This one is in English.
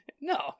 No